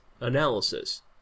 analysis